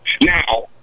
Now